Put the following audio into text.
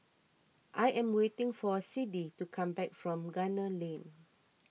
I am waiting for Siddie to come back from Gunner Lane